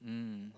mm